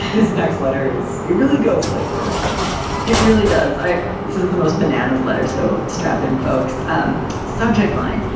this next letter is it really goes places i think it really does. this is the most banana's letter. so strap in, folks um subject line,